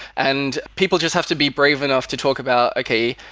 and people just have to be brave enough to talk about, okay.